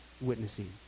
witnessing